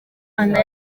imana